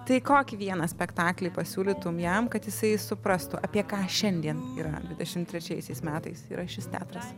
tai kokį vieną spektaklį pasiūlytum jam kad jisai suprastų apie ką šiandien yra dvidešim trečiaisiais metais yra šis teatras